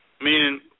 meaning